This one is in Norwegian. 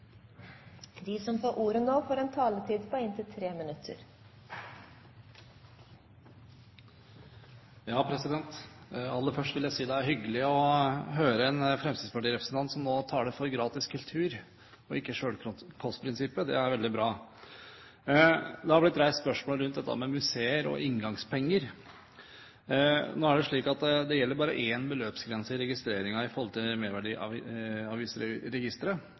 De talere som heretter får ordet, har en taletid på inntil 3 minutter. Aller først vil si at det er hyggelig å høre en fremskrittspartirepresentant som nå taler for gratis kultur, og ikke selvkostprinsippet. Det er veldig bra. Det har blitt reist spørsmål rundt dette med museer og inngangspenger. Nå er det slik at det bare gjelder én beløpsgrense i registreringen i Merverdiavgiftsregisteret,